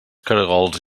caragols